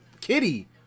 kitty